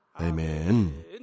Amen